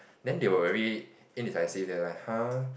then they were very indecisive they are like !huh!